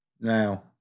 Now